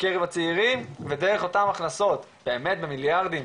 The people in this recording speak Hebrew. בקרב הצעירים ודרך אותן הכנסות באמת במיליארדים,